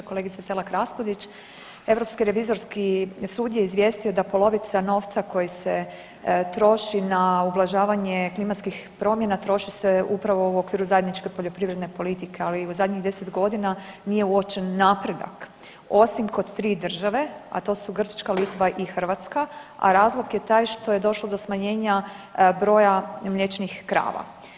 Kolegice Selak Raspudić, Europski revizorski sud je izvijestio da polovica novca koji se troši na ublažavanje klimatskih promjena troši se upravo u okviru zajedničke poljoprivredne politike, ali u zadnjih 10 godina nije uočen napredak osim kod 3 države, a to su Grčka, Litva i Hrvatska, a razlog je taj što je došlo do smanjenja broja mliječnih krava.